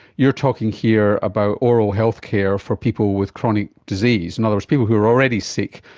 you're talking here about oral health care for people with chronic disease. in other words, people who are already sick,